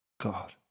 God